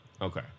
Okay